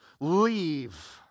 leave